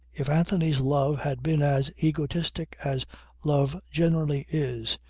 if anthony's love had been as egoistic as love generally is,